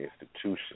institution